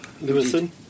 Lewison